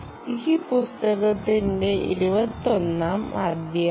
ഈ പുസ്തകത്തിന്റെ 21 ാം അധ്യായം